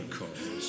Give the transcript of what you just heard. cause